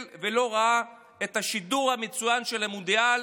ולא ראה את השידור המצוין של המונדיאל,